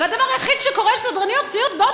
והדבר היחיד שקורה הוא שסדרניות צניעות באות